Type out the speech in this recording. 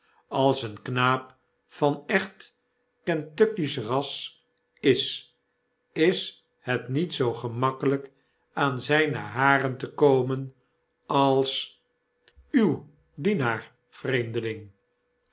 als eenknaap van echt kentuckisch ras is is het niet zoo gemakkelijk aan zyne haren te komen als uw dienaar v'reemdeling